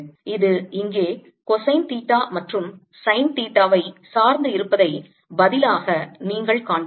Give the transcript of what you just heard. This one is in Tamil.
இது இங்கே கொசைன் தீட்டா மற்றும் சைன் தீட்டாவை சார்ந்து இருப்பதை பதிலாக நீங்கள் காண்கிறீர்கள்